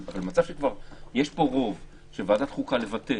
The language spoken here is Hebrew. אבל במצב שכבר יש פה רוב של ועדת חוקה לבטל,